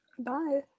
Bye